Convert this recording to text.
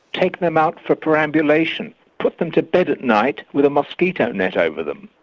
taken them out for perambulation, put them to bed at night with a mosquito net over them.